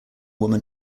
woman